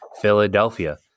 Philadelphia